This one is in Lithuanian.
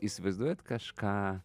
įsivaizduojat kažką